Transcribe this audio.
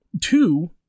two